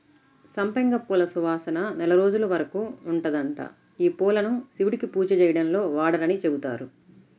సంపెంగ పూల సువాసన నెల రోజుల వరకు ఉంటదంట, యీ పూలను శివుడికి పూజ చేయడంలో వాడరని చెబుతారు